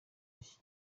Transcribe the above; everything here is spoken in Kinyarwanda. y’iki